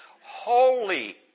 Holy